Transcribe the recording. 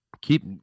keep